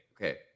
okay